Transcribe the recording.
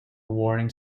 warning